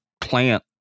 plant